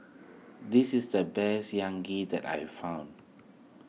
this is the best that I find